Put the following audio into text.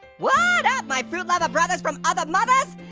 what up, my fruit lover brothers from other mothers?